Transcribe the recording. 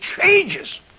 changes